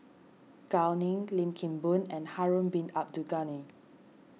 Gao Ning Lim Kim Boon and Harun Bin Abdul Ghani